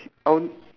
I on~